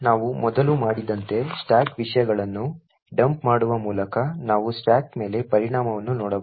ನಾವು ಮೊದಲು ಮಾಡಿದಂತೆ ಸ್ಟಾಕ್ ವಿಷಯಗಳನ್ನು ಡಂಪ್ ಮಾಡುವ ಮೂಲಕ ನಾವು ಸ್ಟಾಕ್ ಮೇಲೆ ಪರಿಣಾಮವನ್ನು ನೋಡಬಹುದು